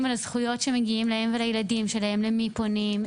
לזכויות שמגיעות להם ולילדים שלהם למי פונים?